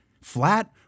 flat